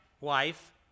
wife